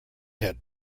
had